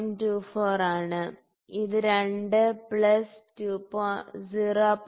24 ആണ് ഇത് 2 പ്ലസ് 0